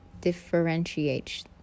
Differentiates